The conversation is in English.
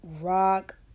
rock